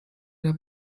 der